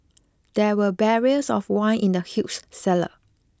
there were barrels of wine in the huge cellar